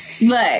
Look